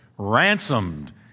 ransomed